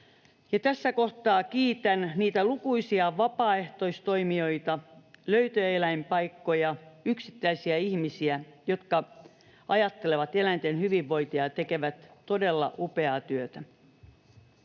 tässä kohtaa kiitän niitä lukuisia vapaaehtoistoimijoita, löytöeläinpaikkoja, yksittäisiä ihmisiä, jotka ajattelevat eläinten hyvinvointia ja tekevät todella upeaa työtä.